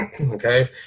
okay